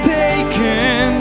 taken